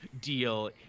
deal